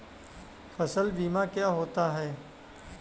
फसल बीमा क्या होता है?